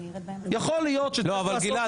יכול להיות שצריך לעשות --- גלעד,